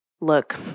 Look